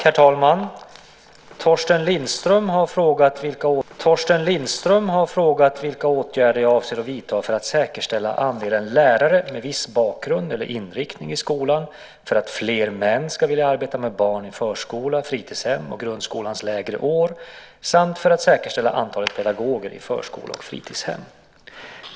Herr talman! Torsten Lindström har frågat vilka åtgärder jag avser att vidta för att säkerställa andelen lärare med viss bakgrund eller inriktning i skolan för att fler män ska vilja arbeta med barn i förskola, fritidshem och grundskolans lägre år samt för att säkerställa antalet pedagoger i förskola och fritidshem.